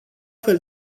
fel